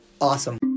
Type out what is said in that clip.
Awesome